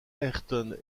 ayrton